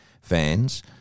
fans